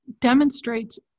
demonstrates